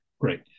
Great